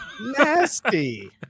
Nasty